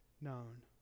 known